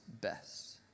best